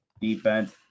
defense